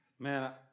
Man